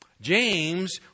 James